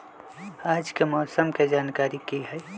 आज के मौसम के जानकारी कि हई?